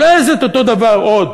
הוא לא יעשה את אותו דבר עוד.